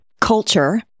culture